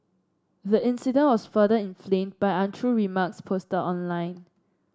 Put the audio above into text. the incident was further inflamed by untrue remarks posted online